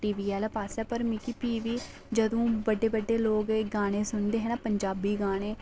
T V आह्लै पास्सै पर मिगी भी बी जदूं बड्डे बड्डे लोक एह् गाने सुनदे हे नपंजाबी गाने